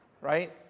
right